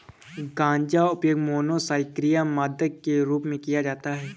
गांजा उपयोग मनोसक्रिय मादक के रूप में किया जाता है